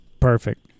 Perfect